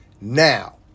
Now